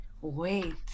wait